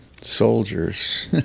soldiers